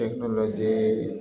technology